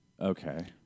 Okay